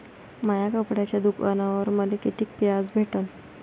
माया कपड्याच्या दुकानावर मले कितीक व्याज भेटन?